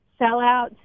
sellout